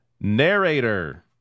Narrator